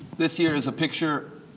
this here is a picture